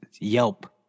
yelp